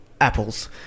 apples